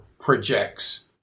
projects